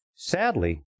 Sadly